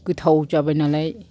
गोथाव जाबाय नालाय